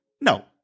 No